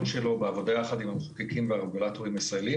שלו בעבודה ביחד עם המחוקקים והרגולטורים הישראלים.